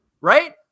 right